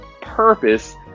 purpose